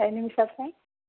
timings